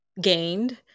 gained